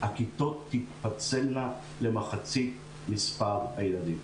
הכיתות תתפצלנה למחצית מספר הילדים,